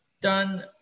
done